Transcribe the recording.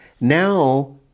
now